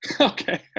Okay